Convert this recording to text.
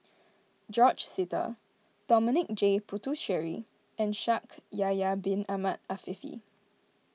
George Sita Dominic J Puthucheary and Shaikh Yahya Bin Ahmed Afifi